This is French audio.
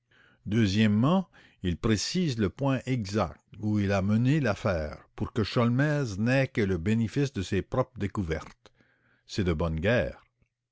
deuxièmement il précise le point exact où il a mené l'affaire pour que sholmès t n'ait que le bénéfice de ses propres découvertes c'est de bonne guerre